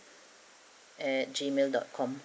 at gmail dot com